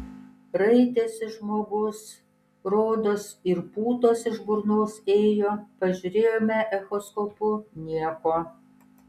raitėsi žmogus rodos ir putos iš burnos ėjo pažiūrėjome echoskopu nieko